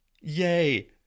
Yay